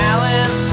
Alan